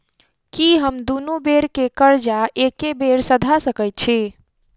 की हम दुनू बेर केँ कर्जा एके बेर सधा सकैत छी?